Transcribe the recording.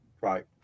Right